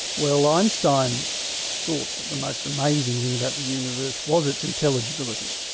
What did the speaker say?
well einstein thought that the most amazing thing about the universe was its intelligibility,